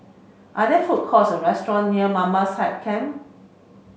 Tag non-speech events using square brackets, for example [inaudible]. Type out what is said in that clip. are there food courts or restaurant near Mamam [unintelligible]